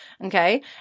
Okay